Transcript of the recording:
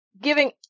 giving